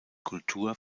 kultur